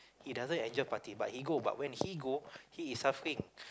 he doesn't enjoy party but he go but when he go he is suffering